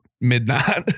midnight